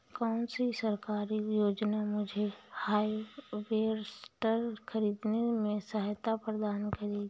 कौन सी सरकारी योजना मुझे हार्वेस्टर ख़रीदने में सहायता प्रदान करेगी?